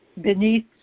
beneath